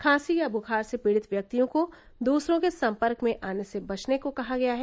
खासी या बुखार से पीड़ित व्यक्तियों को दूसरों के सम्पर्क में आने से बचने को कहा गया है